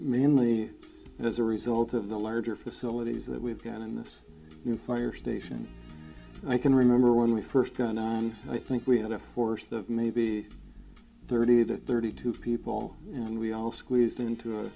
mainly as a result of the larger facilities that we've got in this new fire station and i can remember when we first got i think we had a force of maybe thirty to thirty two people and we all squeezed into a